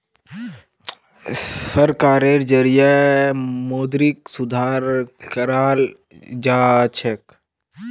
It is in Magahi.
सरकारेर जरिएं मौद्रिक सुधार कराल जाछेक